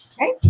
right